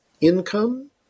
income